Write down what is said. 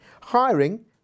Hiring